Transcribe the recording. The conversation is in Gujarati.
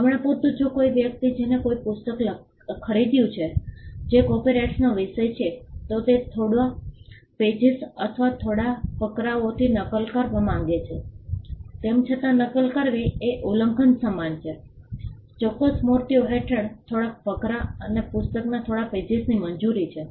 હમણાં પૂરતું જો કોઈ વ્યક્તિ જેણે કોઈ પુસ્તક ખરીદ્યું છે જે કોપિરાઇટનો વિષય છે તો તે થોડા પેજીસ અથવા થોડા ફકરાઓની નકલ કરવા માંગે છે તેમ છતાં નકલ કરવી એ ઉલ્લંઘન સમાન છે ચોક્કસ મૂર્તિઓ હેઠળ થોડા ફકરા અથવા પુસ્તકના થોડા પેજીસની મંજૂરી છે